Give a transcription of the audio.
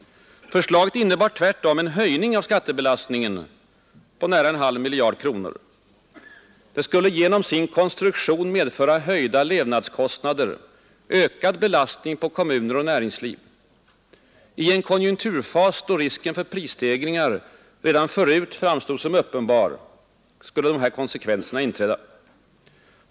Förslaget innebar tvärtom en höjning av skattebelastningen med nära en halv miljard kronor. Det skulle genom sin konstruktion medföra höjda levnadskostnader, ökad belastning på kommuner och näringsliv. I en konjunkturfas då risken för prisstegringar redan förut framstod som uppenbar skulle dessa konsekvenser inträda.